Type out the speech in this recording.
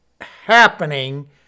happening